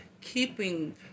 keeping